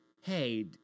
hey